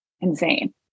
insane